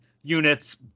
units